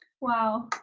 wow